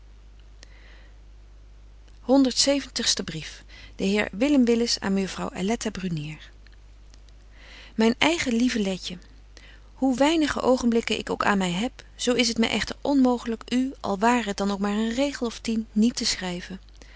de heer willem willis aan mejuffrouw aletta brunier myn eige lieve letje hoe weinige oogenblikken ik ook aan my heb zo is het my echter onmooglyk u al ware het dan ook maar een regel of tien niet te schryven